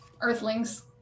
Earthlings